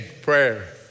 prayer